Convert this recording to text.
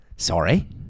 Sorry